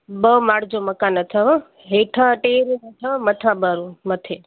ॿ माड़े जो मकानु अथव हेठा टे रूम अथव मथां ॿ रूम मथे